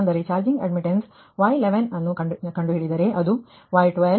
ಅಂದರೆ charging admittance Y11 ಅನ್ನು ನೀವು ಕಂಡುಹಿಡಿದರೆ ಅದು y12y13 y10